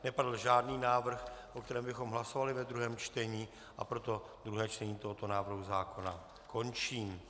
Nepadl žádný návrh, o kterém bychom hlasovali ve druhém čtení, a proto druhé čtení tohoto návrhu zákona končím.